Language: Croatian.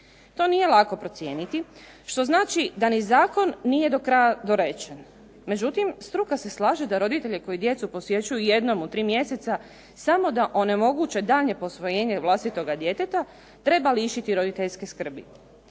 To nije lako procijeniti što znači da ni zakon nije do kraja dorečen. Međutim, struka se slaže da roditelje koji djecu posjećuju jednom u tri mjeseca samo da onemoguće daljnje posvojenje vlastitoga djeteta treba lišiti roditeljske skrbi